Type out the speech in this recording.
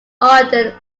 ardent